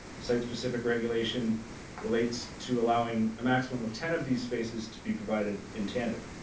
site specific relates and relates to allowing a maximum of ten of these spaces to be provided in tandem.